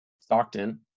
Stockton